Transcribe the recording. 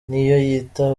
niyoyita